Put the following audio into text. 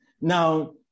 Now